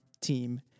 team